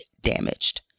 damaged